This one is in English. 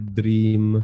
dream